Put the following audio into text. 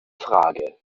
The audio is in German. frage